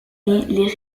les